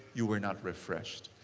you were not refreshed.